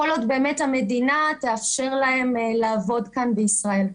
כל עוד באמת המדינה תאפשר להם לעבוד כאן בישראל.